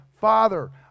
Father